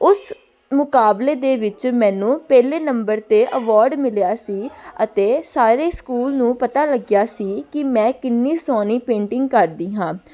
ਉਸ ਮੁਕਾਬਲੇ ਦੇ ਵਿੱਚ ਮੈਨੂੰ ਪਹਿਲੇ ਨੰਬਰ 'ਤੇ ਅਵਾਰਡ ਮਿਲਿਆ ਸੀ ਅਤੇ ਸਾਰੇ ਸਕੂਲ ਨੂੰ ਪਤਾ ਲੱਗਿਆ ਸੀ ਕਿ ਮੈਂ ਕਿੰਨੀ ਸੋਹਣੀ ਪੇਂਟਿੰਗ ਕਰਦੀ ਹਾਂ